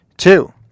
Two